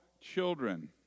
children